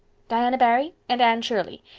diana barry? and anne shirley?